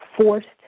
forced